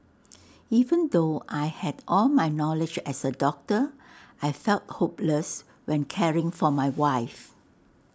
even though I had all my knowledge as A doctor I felt hopeless when caring for my wife